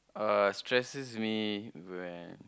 uh stresses me when